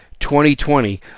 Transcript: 2020